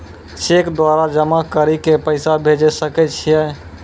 Cheque द्वारा जमा करि के पैसा भेजै सकय छियै?